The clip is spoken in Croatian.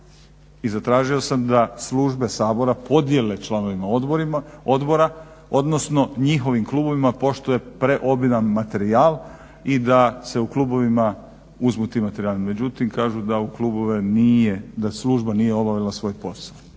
i zatražio sam da službe Sabora podijele članovima odbora, odnosno njihovim klubovima pošto je preobilan materijal i da se u klubovima uzmu ti materijali. Međutim, kažu da u klubove nije, da služba nije obavila svoj posao.